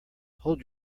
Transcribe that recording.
hold